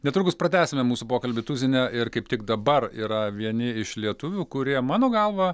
netrukus pratęsime mūsų pokalbį tuzine ir kaip tik dabar yra vieni iš lietuvių kurie mano galva